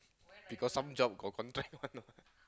because some job got contract one you know